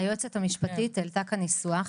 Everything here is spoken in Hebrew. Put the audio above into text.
קרן, היועצת המשפטית העלתה כאן ניסוח,